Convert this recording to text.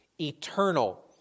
eternal